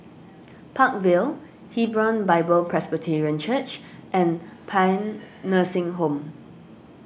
Park Vale Hebron Bible Presbyterian Church and Paean Nursing Home